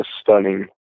stunning